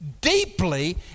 deeply